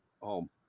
home